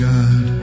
God